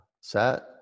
set